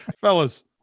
Fellas